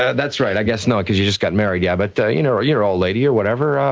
that's right, i guess, no, cause you just got married, yeah but you know your old lady, your whatever.